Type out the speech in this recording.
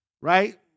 Right